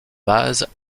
vase